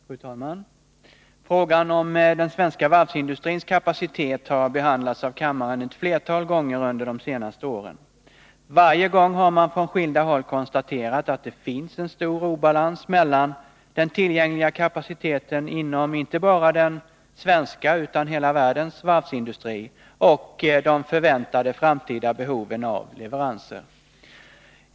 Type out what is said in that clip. Fru talman! Frågan om den svenska varvsindustrins kapacitet har behandlats av kammaren ett flertal gånger under de senaste åren. Varje gång har man från skilda håll konstaterat att det finns en stor obalans mellan den tillgängliga kapaciteten inom inte bara den svenska utan hela världens varvsindustri och de förväntade framtida behoven av leveranser.